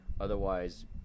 Otherwise